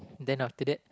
then after that